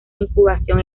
incubación